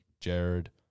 Jared